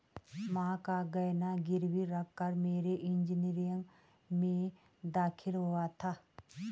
मां का गहना गिरवी रखकर मेरा इंजीनियरिंग में दाखिला हुआ था